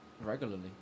regularly